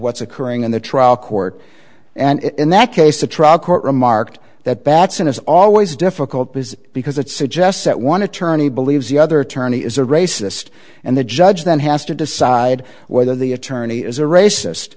what's occurring in the trial court and in that case the trial court remarked that batson is always difficult because because it suggests that one attorney believes the other attorney is a racist and the judge then has to decide whether the attorney is a racist